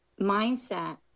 mindset